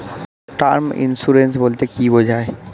Term insurance বলতে কী বোঝায়?